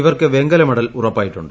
ഇവർക്ക് വെങ്കല മെഡൽ ഉറപ്പായിട്ടുണ്ട്